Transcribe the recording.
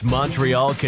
Montreal